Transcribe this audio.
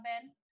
Ben